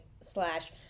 slash